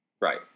Right